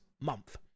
month